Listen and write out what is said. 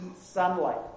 sunlight